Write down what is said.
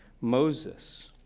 Moses